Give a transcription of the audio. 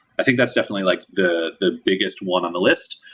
i think that's definitely like the the biggest one on the list.